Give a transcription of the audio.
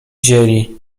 dzieli